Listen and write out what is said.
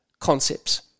concepts